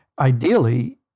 ideally